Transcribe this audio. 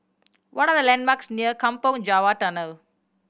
what are the landmarks near Kampong Java Tunnel